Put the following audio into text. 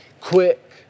quick